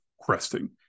cresting